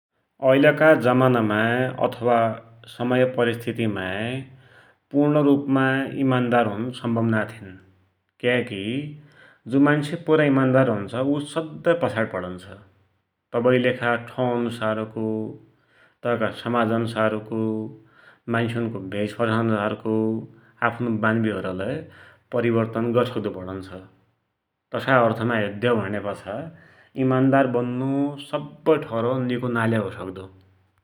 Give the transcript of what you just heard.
ऐलका जमानामा वा समय परिस्थितिमा पूर्ण रुप मा इमान्दार हुन् सम्भव नाइँ थिन, जु मान्सु पुरा इमान्दार हुन्छ, उ सधै पछाडी पडुञ्छ, तबैकी लेखा ठाउँ अन्सारको, तै का समाज अन्सारको, मान्सुन्को भेषभुसा अन्सारको आफ्नो बानि बेहोरा लै परिबर्तन गरि सक्दु पडुञ्छ, तसाइ अर्थमा हेद्द्यौ भुण्यापाछा इमान्दार बन्नु सबै ठौर निको नाइँ लै होइ सक्दो।